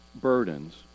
burdens